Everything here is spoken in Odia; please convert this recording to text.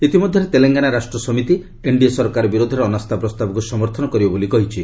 ଇତିମଧ୍ୟରେ ତେଲଙ୍ଗାନା ରାଷ୍ଟ୍ର ସମିତି ଏନ୍ଡିଏ ସରକାର ବିରୋଧରେ ଅନାସ୍ଥାପ୍ରସ୍ତାବକୃ ସମର୍ଥନ କରିବ ବୋଲି କହିଛି